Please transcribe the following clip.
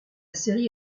série